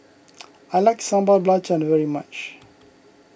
I like Sambal Belacan very much